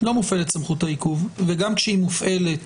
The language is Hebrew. וגם כשהיא מופעלת,